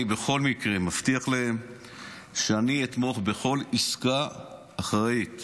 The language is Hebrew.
אני בכל מקרה מבטיח להם שאתמוך בכל עסקה אחראית.